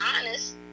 honest